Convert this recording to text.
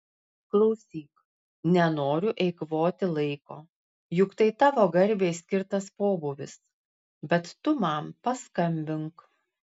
klausyk nenoriu eikvoti laiko juk tai tavo garbei skirtas pobūvis bet tu man paskambink